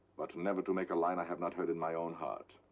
but never to make a line i have not heard in my own heart.